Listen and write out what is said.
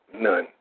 None